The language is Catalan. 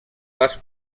les